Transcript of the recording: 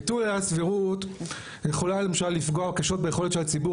ביטול עילת הסבירות יכולה למשל לפגוע קשות ביכולת של הציבור